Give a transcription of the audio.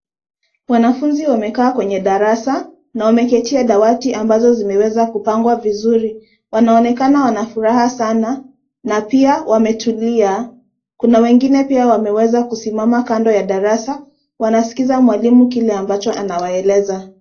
Wanafunzi wamekaa kwenye darasa na wameketia dawati ambazo zimeweza kupangwa vizuri. Wanaonekana wanafuraha sana na pia wametulia. Kuna wengine pia wameweza kusimama kando ya darasa na wanasikilza mwalimu kile ambacho anawaeleza.